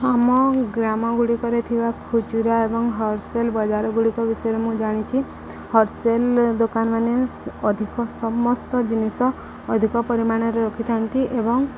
ଆମ ଗ୍ରାମ ଗୁଡ଼ିକରେ ଥିବା ଖୁଚୁରା ଏବଂ ହୋଲ୍ସେଲ୍ ବଜାର ଗୁଡ଼ିକ ବିଷୟରେ ମୁଁ ଜାଣିଛି ହୋଲ୍ସେଲ୍ ଦୋକାନ ମାନ ଅଧିକ ସମସ୍ତ ଜିନିଷ ଅଧିକ ପରିମାଣରେ ରଖିଥାନ୍ତି ଏବଂ